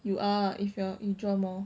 you are if you are draw more